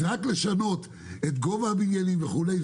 זה רק לשנות את גובה הבניינים וכולי.